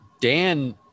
Dan